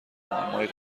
معمای